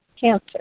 cancer